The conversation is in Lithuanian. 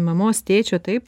mamos tėčio taip